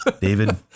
David